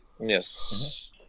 Yes